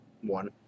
One